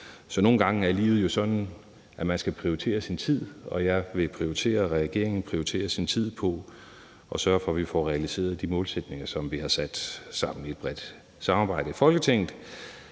Nogle gange er livet jo sådan, at man skal prioritere sin tid, og jeg vil prioritere min og regeringen vil prioritere sin tid på at sørge for, at vi får realiseret de målsætninger, som vi har sat sammen i et bredt samarbejde i Folketinget.